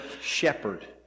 shepherd